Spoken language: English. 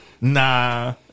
Nah